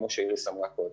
כמו שאיריס אמרה קודם.